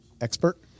expert